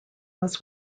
was